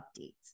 updates